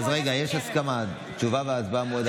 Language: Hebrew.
אז רגע, יש הסכמה, תשובה והצבעה במועד אחר?